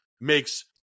makes